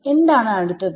എന്താണ് അടുത്തത്